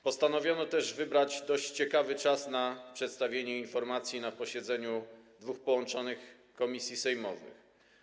Postanowiono też wybrać dość ciekawy czas na przedstawienie informacji na posiedzeniu połączonych dwóch komisji sejmowych.